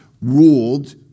ruled